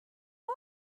are